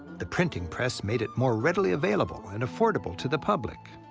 the printing press made it more readily available and affordable to the public.